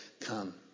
come